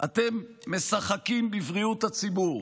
אתם משחקים בבריאות הציבור.